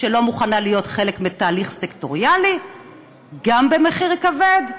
שלא מוכנה להיות חלק מתהליך סקטוריאלי גם במחיר כבד,